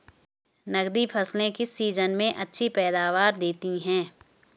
नकदी फसलें किस सीजन में अच्छी पैदावार देतीं हैं?